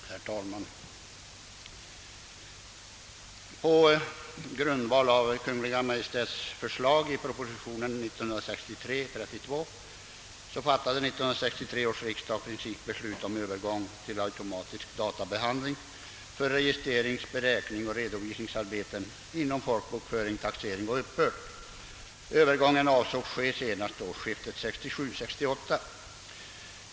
Herr talman! På grundval av Kungl. Maj:ts förslag i proposition 32 år 1963 fattade 1963 års riksdag principbeslut om Övergång till automatisk databehandling för registrerings-, beräkningsoch redovisningsarbeten inom folkbokföring, taxering och uppbörd. Övergången avsågs äga rum senast årsskiftet 1967—1968.